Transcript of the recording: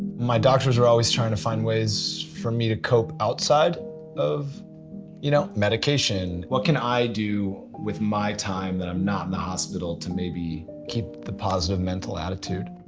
my doctors were always trying to find ways for me to cope outside of you know medication. what can i do with my time that i' m not in the hospital to maybe keep the positive mental attitude.